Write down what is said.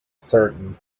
certain